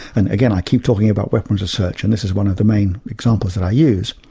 and again, i keep talking about weapons research, and this is one of the main examples that i use.